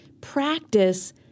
practice